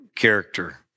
Character